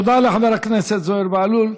תודה לחבר הכנסת זוהיר בהלול.